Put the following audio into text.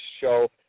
show –